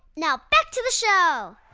now back to the show